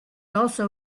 also